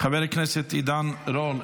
חבר הכנסת עידן רול,